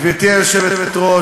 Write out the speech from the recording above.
גברתי היושבת-ראש,